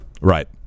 Right